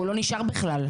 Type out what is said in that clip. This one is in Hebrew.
הוא לא נשאר בכלל.